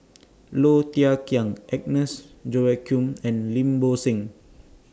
Low Thia Khiang Agnes Joaquim and Lim Bo Seng